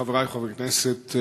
חברי חברי הכנסת,